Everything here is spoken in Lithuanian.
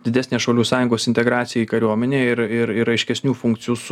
didesnę šaulių sąjungos integraciją į kariuomenę ir ir aiškesnių funkcijų